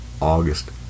August